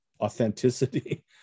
authenticity